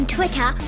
Twitter